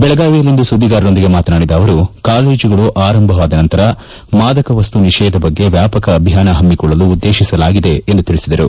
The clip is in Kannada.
ಬೆಳಗಾವಿಯಲ್ಲಿಂದು ಸುದ್ದಿಗಾರರೊಂದಿಗೆ ಮಾತನಾಡಿದ ಅವರು ಕಾಲೇಜುಗಳು ಆರಂಭವಾದ ನಂತರ ಮಾದಕ ವಸ್ತು ನಿಷೇಧ ಬಗ್ಗೆ ವ್ಯಾಪಕ ಅಭಿಯಾನ ಹಮಿಕೊಳ್ಳಲು ಉದ್ನೇತಿಸಲಾಗಿದೆ ಎಂದು ತಿಳಿಸಿದರು